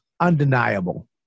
undeniable